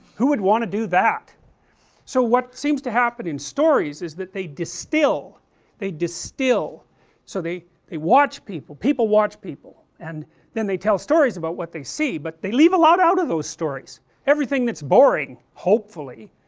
who would want to do that so what seem to happen in stories is that they distill they distill so they, they watch people, people watch people and then they tell stories about what they see, but they leave a lot out of those stories everything that is boring, hopefully,